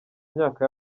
myaka